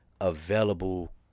available